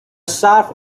sharp